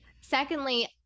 Secondly